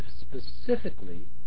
specifically